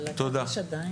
תודה.